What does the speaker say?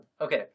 Okay